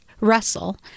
Russell